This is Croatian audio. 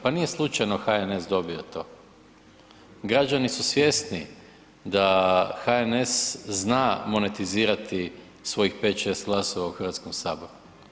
Pa nije slučajno HNS dobio to, građani su svjesni da HNS zna monetizirati svojih 5, 6 glasova u Hrvatskom saboru.